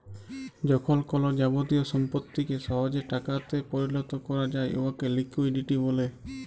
যখল কল যাবতীয় সম্পত্তিকে সহজে টাকাতে পরিলত ক্যরা যায় উয়াকে লিকুইডিটি ব্যলে